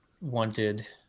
wanted